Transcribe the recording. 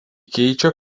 keičia